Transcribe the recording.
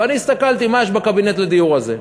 ואני הסתכלתי מה יש בקבינט לדיור הזה.